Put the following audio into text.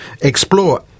explore